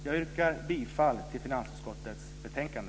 Jag yrkar bifall till finansutskottets förslag.